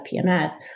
PMS